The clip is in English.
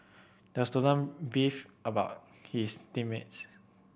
the student beefed about his team mates